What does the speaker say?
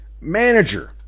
Manager